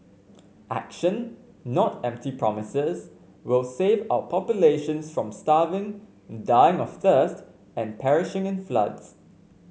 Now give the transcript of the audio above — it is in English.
action not empty promises will save our populations from starving dying of thirst and perishing in floods